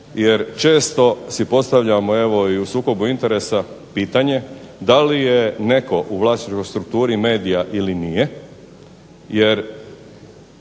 jer često si postavljamo evo i u sukobu interesa pitanje da li je netko u vlasničkoj strukturi medija ili nije.